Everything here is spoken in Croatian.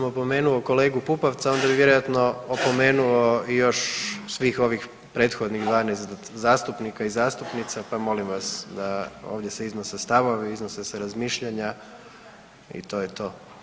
Da sam opomenuo kolegu Pupovca onda bi vjerojatno opomenuo još svih ovih prethodnih 12 zastupnika i zastupnica pa molim vas da ovdje se iznose stavovi, iznose se razmišljanja i to je to.